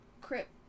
Crip